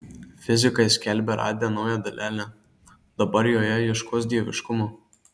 fizikai skelbia radę naują dalelę dabar joje ieškos dieviškumo